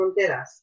Fronteras